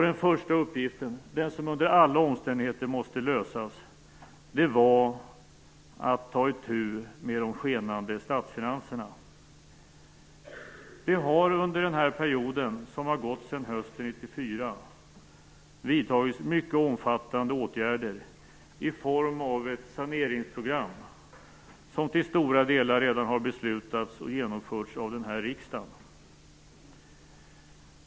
Den första uppgiften, den som under alla omständigheter måste lösas, var att ta itu med de skenande statsfinanserna. Det har under denna period som har gått sedan hösten 1994 vidtagits mycket omfattande åtgärder i form av ett saneringsprogram som till stora delar redan har beslutats och genomförts av den här riksdagen.